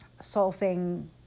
solving